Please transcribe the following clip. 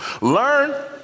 Learn